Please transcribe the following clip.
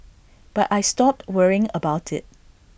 but I stopped worrying about IT